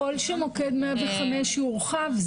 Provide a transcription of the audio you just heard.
ככל שמוקד 105 יורחב,